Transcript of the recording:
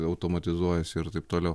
automatizuojasi ir taip toliau